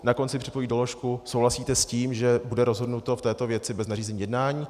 Na konci připojí doložku souhlasíte s tím, že bude rozhodnuto v této věci bez nařízení jednání?